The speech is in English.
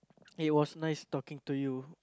it was nice talking to you